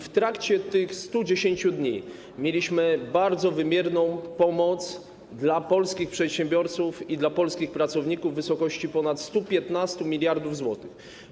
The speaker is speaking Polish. W trakcie tych 110 dni mieliśmy bardzo wymierną pomoc dla polskich przedsiębiorców i dla polskich pracowników - w wysokości ponad 115 mld zł.